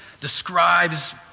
describes